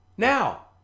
Now